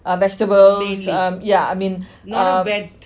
uh vegetables yeah I mean uh to